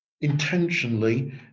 intentionally